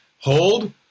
hold